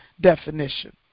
definition